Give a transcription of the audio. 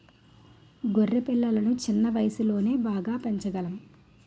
గొర్రె పిల్లలను చిన్న వయసులోనే బాగా పెంచగలం